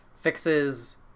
fixes